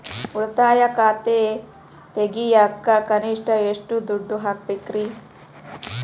ಉಳಿತಾಯ ಖಾತೆ ತೆಗಿಯಾಕ ಕನಿಷ್ಟ ಎಷ್ಟು ದುಡ್ಡು ಇಡಬೇಕ್ರಿ?